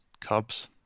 Cubs